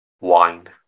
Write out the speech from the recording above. wine